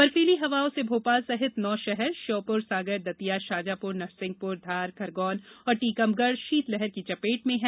बर्फीली हवाओं से भोपाल सहित नौ शहर श्योपुर सागर दतिया शाजापुर नरसिंहपुर धार खरगोन और टीकमगढ़ शीतलहर की चपेट में है